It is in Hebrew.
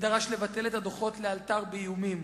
ודרש לבטל את הדוחות לאלתר באיומים.